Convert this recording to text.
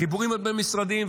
החיבורים הבין-משרדיים.